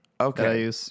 Okay